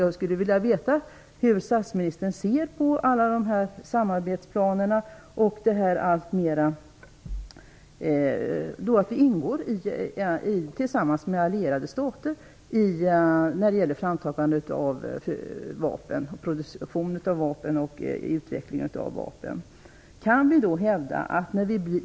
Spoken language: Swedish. Jag vill veta hur statsministern ser på alla samarbetsplaner och att vi tillsammans med allierade stater deltar i produktion och utveckling av vapen.